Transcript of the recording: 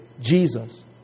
Jesus